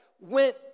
went